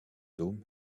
dôme